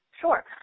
Sure